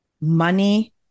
money